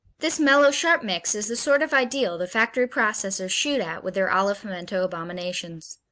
this mellow-sharp mix is the sort of ideal the factory processors shoot at with their olive-pimiento abominations.